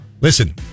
Listen